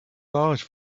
large